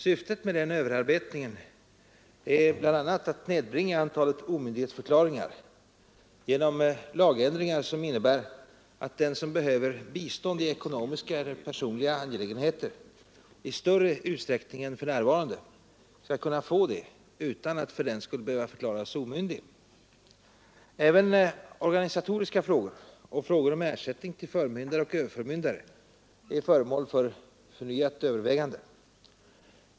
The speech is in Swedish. Syftet med överarbetningen är bl.a. att nedbringa antalet omyndighetsförklaringar genom lagändringar som innebär att den som behöver bistånd i ekonomiska eller personliga angelägenheter i större utsträckning än för närvarande skall kunna få det utan att förklaras omyndig. Även organisatoriska frågor och frågor om ersättning till förmyndare och överförmyndare är föremål för förnyat övervägande.